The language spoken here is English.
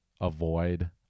avoid